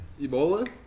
Ebola